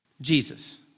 Jesus